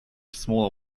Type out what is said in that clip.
smaller